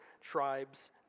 tribes